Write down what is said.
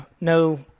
no